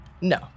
No